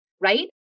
right